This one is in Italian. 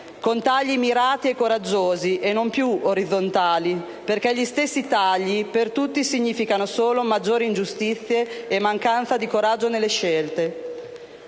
con tagli mirati e coraggiosi e non più orizzontali, perché gli stessi tagli per tutti significano solo maggiori ingiustizie e mancanza di coraggio nelle scelte;